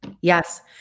Yes